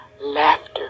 laughter